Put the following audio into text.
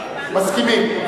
מסכימים.